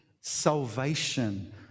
salvation